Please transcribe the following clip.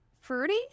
fruity